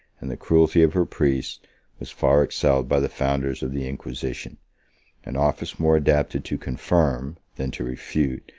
and the cruelty of her priests was far excelled by the founders of the inquisition an office more adapted to confirm, than to refute,